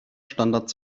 standard